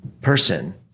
person